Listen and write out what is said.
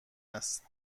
است